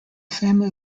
family